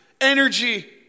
energy